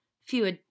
fewer